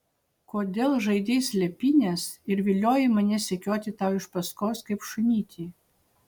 kodėl žaidei slėpynes ir viliojai mane sekioti tau iš paskos kaip šunytį